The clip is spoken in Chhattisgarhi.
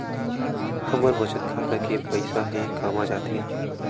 हमर बचत खाता के पईसा हे कामा जाथे?